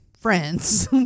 friends